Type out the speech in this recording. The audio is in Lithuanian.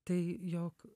tai jog